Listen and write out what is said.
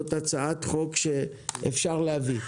זאת הצעת חוק שאפשר להביא.